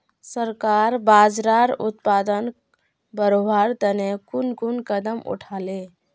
सरकार बाजरार उत्पादन बढ़वार तने कुन कुन कदम उठा ले